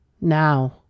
now